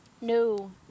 No